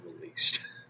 released